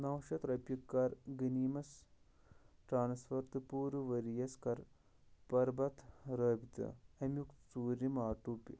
نو شیٚتھ رۄپیہِ کَر غٔنیٖمس ٹرانسفر تہٕ پوٗرٕ ؤرۍ یَس کَر پربتھ رٲبطہٕ امیُک ژوٗرِم آٹو پے